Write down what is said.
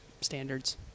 standards